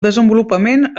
desenvolupament